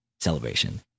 Celebration